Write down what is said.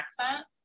accent